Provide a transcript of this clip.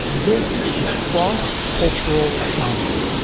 this was cross cultural dominance